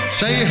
say